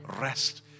rest